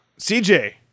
CJ